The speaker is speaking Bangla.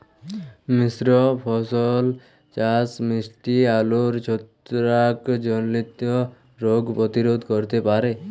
মিশ্র ফসল চাষ কি মিষ্টি আলুর ছত্রাকজনিত রোগ প্রতিরোধ করতে পারে?